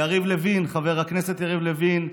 לחבר הכנסת יריב לוין,